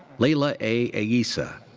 leila a. yeah eissa.